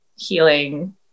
healing